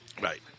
Right